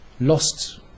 lost